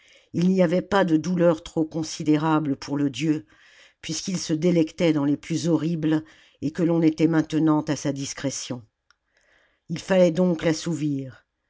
il n'y avait pas de douleur trop considérable pour le dieu puisqu'il se délectait dans les plus horribles et que l'on était maintenant à sa discrétion il fallait donc l'assouvir